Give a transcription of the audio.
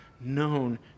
known